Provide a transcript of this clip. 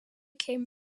came